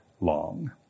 long